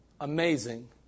Amazing